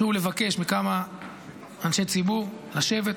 שוב, לבקש מכמה אנשי ציבור לשבת,